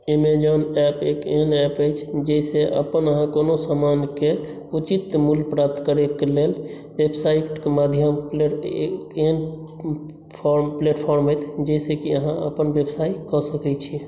Amazon app एक एहन app अछि जाहिसे अपन अहाँ कोनो समान के उचित मूल्य प्राप्त करै के लेल वेबसाइट के माध्यम एहन प्लेटफॉर्म अछि जाहिसँ की अहाँ अपन व्यवसाय कऽ सकै छी